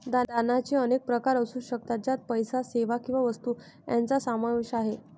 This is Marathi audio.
दानाचे अनेक प्रकार असू शकतात, ज्यात पैसा, सेवा किंवा वस्तू यांचा समावेश आहे